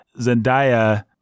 Zendaya